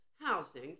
Housing